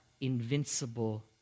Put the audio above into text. invincible